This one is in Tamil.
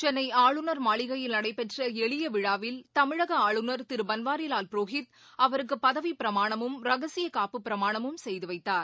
சென்னை ஆளுநர் மாளிகையில் நடைபெற்ற எளிய விழாவில் தமிழக ஆளுநர் திரு பன்வாரிலால் புரோஹித் அவருக்கு பதவிப் பிரமாணமும் ரகசியக் காப்பு பிரமாணமும் செய்து வைத்தார்